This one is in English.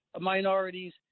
minorities